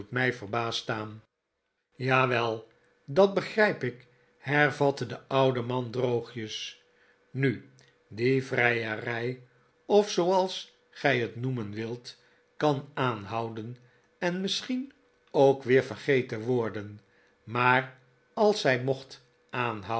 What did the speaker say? verbaasd staan jawel dat begrijp ik hervatte de oude man droogjes nu die vrijerij of zooals gij het noemen wilt kan aanhouden en misschien ook weer vergeten worden maar als zij mocht